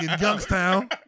Youngstown